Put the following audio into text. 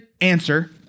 answer